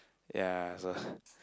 yea also